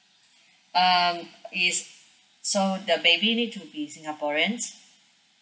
um it's so the baby need to be singaporeans